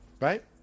right